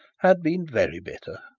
had been very bitter.